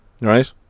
Right